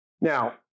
Now